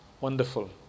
Wonderful